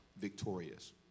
victorious